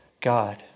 God